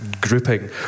grouping